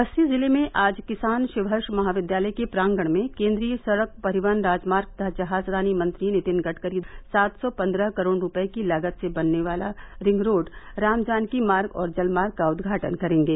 बस्ती जिले में आज किसान शिवहर्ष महाविद्यालय के प्रांगण में केन्द्रीय सड़क परिवहन राजमार्ग तथा जहाजरानी मंत्री नितिन गड़करी सात सौ पन्द्रह करोड़ रूपये की लागत से बनने वाला रिंगरोड रामजानकी मार्ग और जलमार्ग का उदघाटन करेंगे